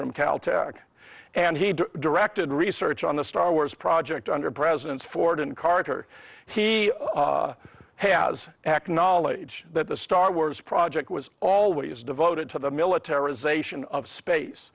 from cal tech and he directed research on the star wars project under presidents ford and carter he has acknowledged that the star wars project was always devoted to the military zation of space